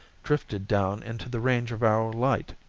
drifted down into the range of our light.